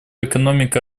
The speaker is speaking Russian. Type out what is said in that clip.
экономика